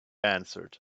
answered